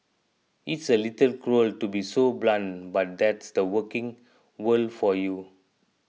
it's a little cruel to be so blunt but that's the working world for you